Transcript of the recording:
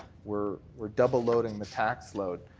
we're we're double loading the tax load.